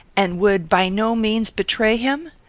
and would, by no means, betray him?